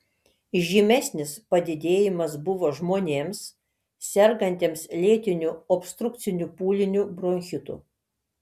žymesnis padidėjimas buvo žmonėms sergantiems lėtiniu obstrukciniu pūliniu bronchitu